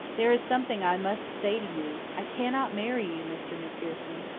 there is something i must say to you. i cannot marry you, mr. macpherson.